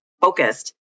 focused